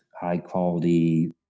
high-quality